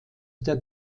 der